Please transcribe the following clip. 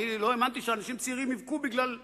אני לא האמנתי שאנשים צעירים יבכו בגלל אדמה.